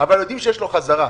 אבל יודעים שיש לו חזרה.